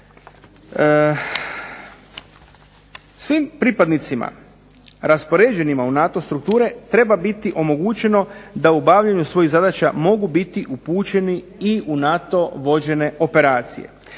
Svim pripadnicima raspoređenima u NATO strukture treba biti omogućeno da u obavljanju svojih zadaća mogu biti upućeni i u NATO vođene operacije.